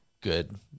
good